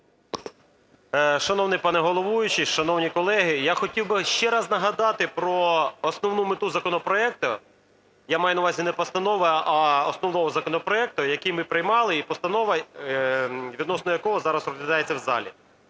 Шановний пане головуючий, шановні колеги! Я хотів би ще раз нагадати про основну мету законопроекту, я маю на увазі не постанову, а основного законопроекту, який ми приймали і постанова відносно якого зараз розглядається в залі.